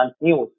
news